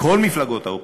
כל מפלגות האופוזיציה,